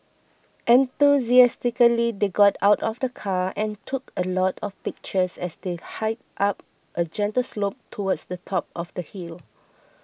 enthusiastically they got out of the car and took a lot of pictures as they hiked up a gentle slope towards the top of the hill